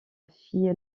fit